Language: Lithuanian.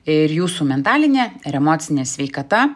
ir jūsų mentalinė ir emocinė sveikata